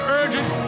urgent